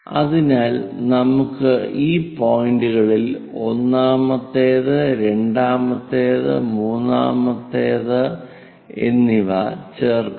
അതിനാൽ നമുക്ക് ഈ പോയിന്റുകളിൽ ഒന്നാമത്തേത് രണ്ടാമത്തേത് മൂന്നാമത് എന്നിവ ചേർക്കാം